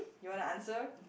you want a answer